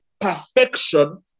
perfection